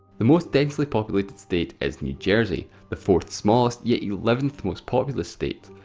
the most densely populated state is new jersey. the fourth smallest, yet eleventh most populous state.